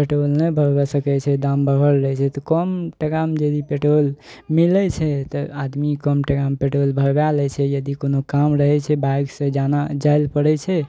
petrol नहि भरबा सकै छै दाम बढ़ल जाइ छै तऽ कम टकामे यदि पेट्रोल मिलै छै तऽ आदमी कम टकामे पेट्रोल भरबा लै छै यदि कोनो काम रहै छै बाइक से जाइ लए पड़ै छै